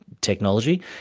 technology